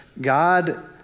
God